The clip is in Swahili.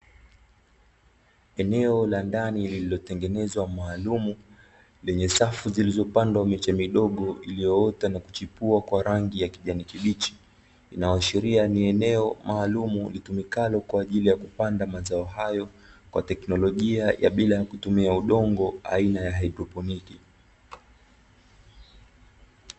Eneo la ndani lililotengenezwa maalumu lenye safu iliyopandwa miche midogo, iliyoota na kuchipua kwa rangi ya kijani kibichi, inayoashiria ni eneo maalumu linalotumika kwaajili kupanda mazao hayo kwa teknolojia bila ya kutumia udongo aina ya "haidroponiki".